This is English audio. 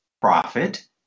profit